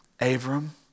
Abram